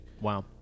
Wow